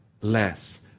less